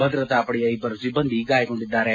ಭದ್ರತಾ ಪಡೆಯ ಇಬ್ಬರು ಸಿಬ್ಬಂದಿ ಗಾಯಗೊಂಡಿದ್ದಾರೆ